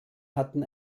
hatten